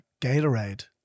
Gatorade